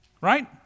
right